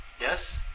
yes